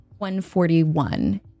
141